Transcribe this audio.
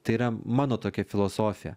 tai yra mano tokia filosofija